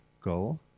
goal